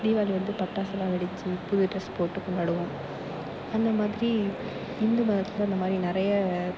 தீபாளி வந்து பட்டாஸ்ஸெல்லாம் வெடிச்சி புது டிரஸ் போட்டு கொண்டாடுவோம் அந்தமாதிரி இந்து மதத்தில் இந்தமாதிரி நிறைய